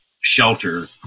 shelter